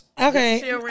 okay